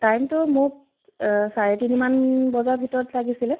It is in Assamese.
টাইমটো মোক চাৰে তিনিমান বজাৰ ভিতৰত লাগিছিলে